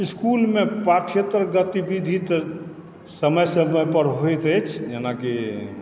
इसकुलमे पाठ्यतर गतिविधि तऽ समय समयपर होइत अछि जेनाकि